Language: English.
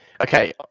Okay